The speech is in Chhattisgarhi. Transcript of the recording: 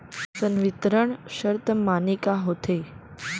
संवितरण शर्त माने का होथे?